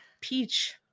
Peach